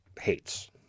hates